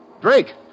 Drake